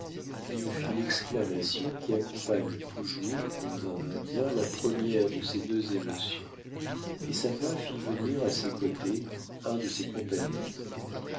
il fit l'exclamation qui accompagne toujours dans un indien la première de ces deux émotions et sa voix fit venir à ses côtés un de ses compagnons